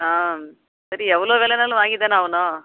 ஆ சரி எவ்வளோ வில இருந்தாலும் வாங்கி தானே ஆகணும்